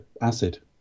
acid